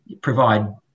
provide